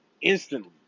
instantly